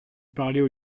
parler